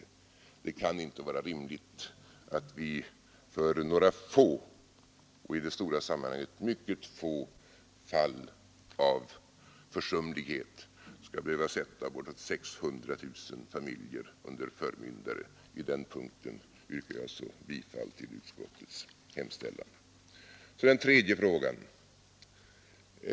Det kan inte vara rimligt att vi för några få — i det stora sammanhanget mycket få — fall av försumlighet skall behöva sätta bortåt 600 000 familjer under förmyndare. På den punkten yrkar jag därför bifall till utskottets hemställan. Så till den tredje frågan.